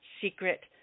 secret